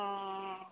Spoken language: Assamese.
অ'